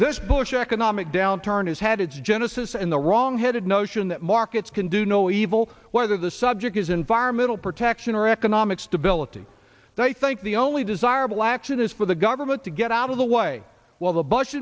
this bush economic downturn has had its genesis in the wrong headed notion that markets can do no evil whether the subject is environmental protection or economic stability that i think the only desirable action is for the government to get out of the way while the bus